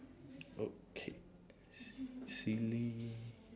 okay si~ silly